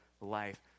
life